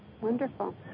Wonderful